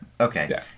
Okay